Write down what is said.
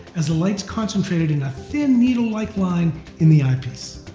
as the light is concentrated in a thin needle-like line in the eyepiece.